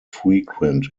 frequent